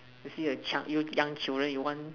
you see a young children you want